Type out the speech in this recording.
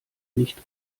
nicht